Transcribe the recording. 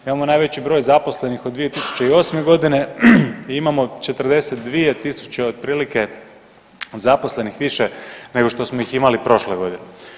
Imamo najveći broj zaposlenih od 2008. godine i imamo 42 tisuće otprilike zaposlenih više nego što smo ih imali prošle godine.